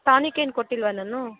tonic ಏನೂ ಕೊಟ್ಟಿಲ್ವ ನಾನು